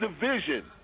division